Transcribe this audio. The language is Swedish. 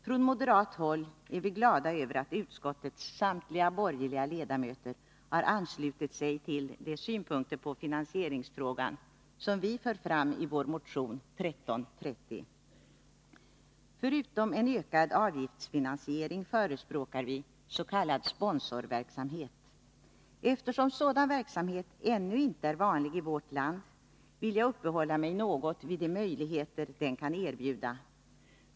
Från moderat håll är vi glada över att utskottets samtliga borgerliga ledamöter har anslutit sig till de synpunkter på finansieringsfrågan som vi för fram i vår motion 1330. Förutom en ökad avgiftsfinansiering förespråkar vi s.k. sponsorverksamhet. Eftersom sådan verksamhet ännu inte är vanlig i vårt land vill jag uppehålla mig något vid de möjligheter den kan erbjuda.